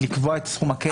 היא לקבוע את סכום הכסף.